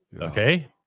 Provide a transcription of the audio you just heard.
Okay